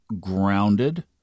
grounded